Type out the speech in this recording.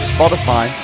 Spotify